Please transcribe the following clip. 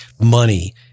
money